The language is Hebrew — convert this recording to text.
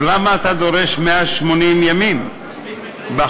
אז למה אתה דורש 180 ימים בחוק?